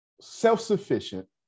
self-sufficient